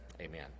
Amen